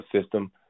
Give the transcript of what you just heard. system